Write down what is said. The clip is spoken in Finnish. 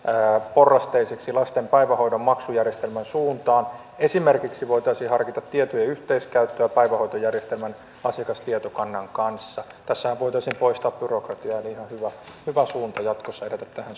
porrasteiseksi lasten päivähoidon maksujärjestelmän suuntaan voitaisiin harkita esimerkiksi tietojen yhteiskäyttöä päivähoitojärjestelmän asiakastietokannan kanssa tässähän voitaisiin poistaa byrokratiaa niin että olisi ihan hyvä jatkossa edetä tähän